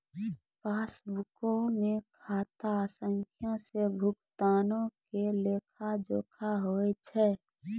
पासबुको मे खाता संख्या से भुगतानो के लेखा जोखा होय छै